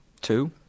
Two